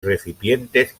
recipientes